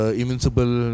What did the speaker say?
invincible